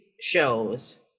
shows